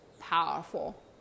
powerful